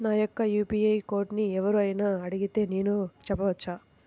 నా యొక్క యూ.పీ.ఐ కోడ్ని ఎవరు అయినా అడిగితే నేను చెప్పవచ్చా?